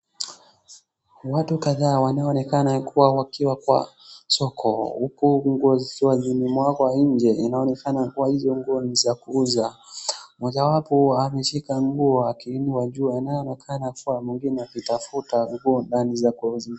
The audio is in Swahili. Watu kadhaa wanaoneka kuwa wakiwa kwa soko huku nguo zikiwa zimemwaga nje. Inaonekana kiuw hizo nguo ni za kuuza. Mojawapo ameshika nguo akiinua juu anaoneakana kuwa mwingine akitafuta nguo ndani.